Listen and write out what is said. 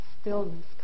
stillness